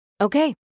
Okay